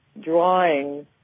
drawings